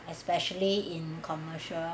especially in commercial